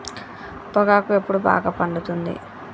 పొగాకు ఎప్పుడు బాగా పండుతుంది?